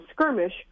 skirmish